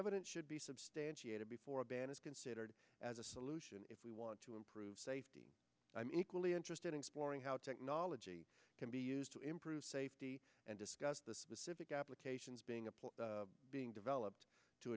evidence should be substantiated before a ban is considered as a solution if we want to improve safety i'm equally interested in exploring how technology can be used to improve safety and discuss the specific applications being a being developed to